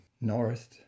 north